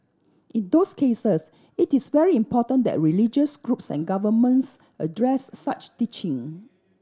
in those cases it is very important that religious groups and governments address such teaching